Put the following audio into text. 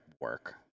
work